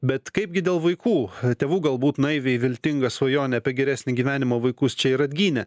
bet kaipgi dėl vaikų tėvų galbūt naiviai viltinga svajonė apie geresnį gyvenimą vaikus čia ir atgynė